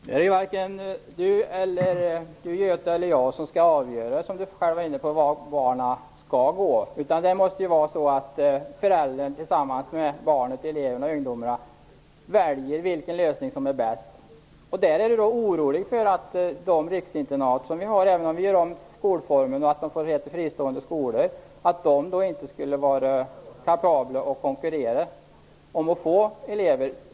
Herr talman! Det är varken Göte Jonsson eller jag som skall avgöra i vilken skola barnen skall gå, utan det måste ju vara föräldrarna tillsammans med barnen som skall välja vilken lösning som är bäst. Göte Jonsson är orolig för att de riksinternat som vi har, även om vi gör om skolformen och de får heta fristående skolor, inte skulle vara kapabla att konkurrera om att få eleverna.